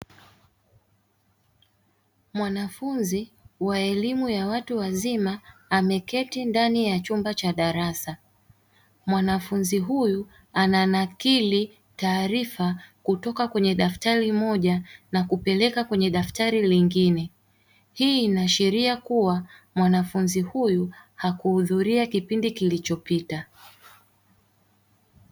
Mwanafunzi wa elimu ya watu wazima ameketi ndani ya chumba cha darasa, mwanafunzi huyu ananakili taarifa kutoka kweye daftari moja na kupeleka kwenye daftari jingine. Hii inaashiria kua mwanafunzi huyu hakuudhuria kipindi kilichopita.